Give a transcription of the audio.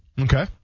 Okay